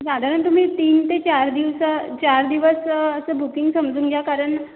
साधारण तुम्ही तीन ते चार दिवसा चार दिवस असं बुकिंग समजून घ्या कारण